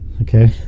Okay